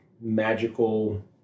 magical